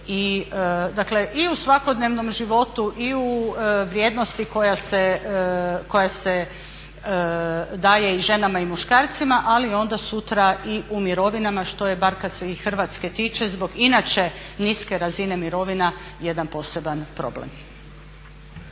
i u svakodnevnom životu i u vrijednosti koja se daje i ženama i muškarcima ali i onda sutra i u mirovina što je bar kad se i Hrvatske tiče zbog inače niske razine mirovina jedan poseban problem.